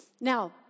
Now